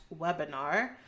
webinar